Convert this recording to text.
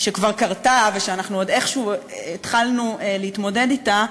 שכבר קרתה ושאנחנו עוד איכשהו התחלנו להתמודד אתה,